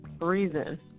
Reason